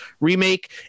remake